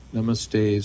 Namaste